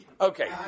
Okay